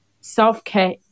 self-care